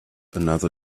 another